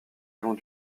long